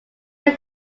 are